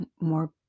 more